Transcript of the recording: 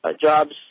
jobs